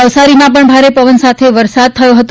નવસારીમાં પણ ભારે પવન સાથે વરસાદ થયો છે